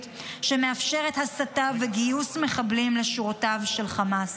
שמאפשרת הסתה וגיוס מחבלים לשורותיו של חמאס.